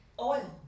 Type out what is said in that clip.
oil